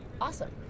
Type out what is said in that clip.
Awesome